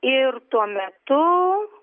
ir tuo metu